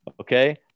Okay